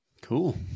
Cool